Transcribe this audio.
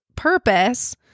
Purpose